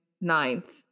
ninth